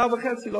שנה וחצי,